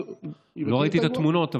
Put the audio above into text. לא ראיתי את התמונות,